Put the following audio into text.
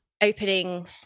opening